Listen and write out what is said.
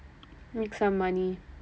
make some money